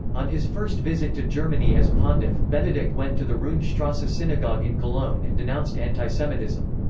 on his first visit to germany as pontiff, benedict went to the roonstrasse synagogue in cologne and denounced antisemitism.